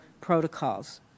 protocols